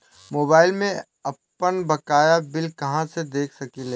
Mobile में आपनबकाया bill कहाँसे देख सकिले?